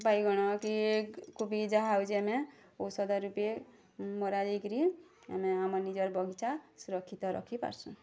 ବାଇଗଣ କି କୋବି ଯାହା ହେଉଛି ଆମେ ଔଷଧ ରୂପେ ମରା ଯାଇକିରି ଆମେ ଆମର୍ ନିଜର୍ ବଗିଚା ସୁରକ୍ଷିତ ରଖିପାରସୁଁ